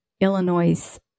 Illinois